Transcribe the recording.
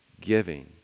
giving